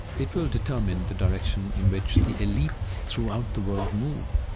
it will determine the direction in which the elite throughout the world move